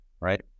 right